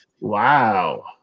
wow